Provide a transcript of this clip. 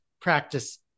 practice